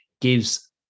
gives